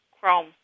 chrome